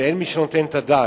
ואין מי שנותן את הדעת.